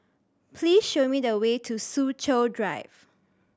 please show me the way to Soo Chow Drive